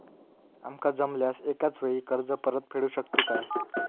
आमका जमल्यास एकाच वेळी कर्ज परत फेडू शकतू काय?